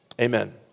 Amen